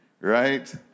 right